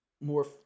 more